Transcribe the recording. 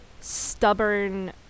stubborn